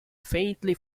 faintly